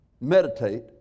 meditate